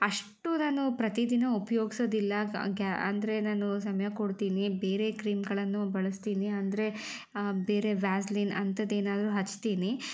ಅಷ್ಟು ನಾನು ಪ್ರತಿದಿನ ಉಪಯೋಗಿಸೋದಿಲ್ಲ ಅಂದರೆ ನಾನು ಸಮಯ ಕೊಡ್ತೀನಿ ಬೇರೆ ಕ್ರೀಮ್ಗಳನ್ನು ಬಳಸ್ತೀನಿ ಅಂದರೆ ಬೇರೆ ವ್ಯಾಸ್ಲಿನ್ ಅಂಥದ್ದೇನಾದರೂ ಹಚ್ತೀನಿ